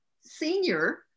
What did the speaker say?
senior